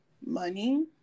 money